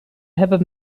hebben